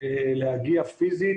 להגיע פיסית,